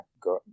got